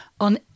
on